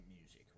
music